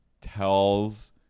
tells